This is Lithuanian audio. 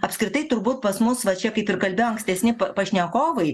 apskritai turbūt pas mus va čia kaip ir kalbėjo ankstesni pašnekovai